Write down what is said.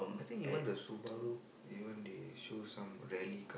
I think even the Subaru even they show some rarely